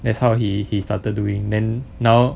that's how he he started doing then now